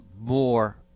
more